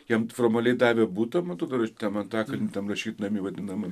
jam formaliai davė butą man atrodo tam antakalnį tam rašytnamy vadinamam